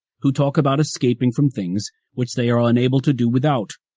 who talk about escaping from things which they are unable to do without.